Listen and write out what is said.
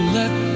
let